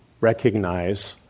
recognize